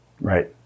Right